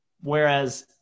Whereas